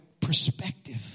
perspective